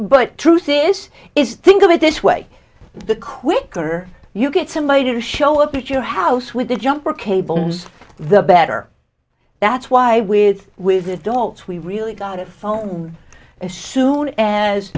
but truth is is think of it this way the quicker you get somebody to show up at your house with the jumper cable news the better that's why with with adults we really got a phone as soon as